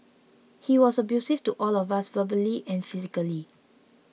he was abusive to all of us verbally and physically